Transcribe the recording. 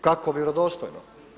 Kako vjerodostojno.